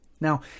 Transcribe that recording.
Now